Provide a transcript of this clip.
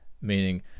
meaning